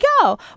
go